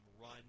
run